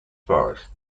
forest